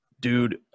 Dude